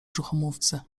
brzuchomówcy